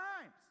times